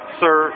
sir